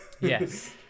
Yes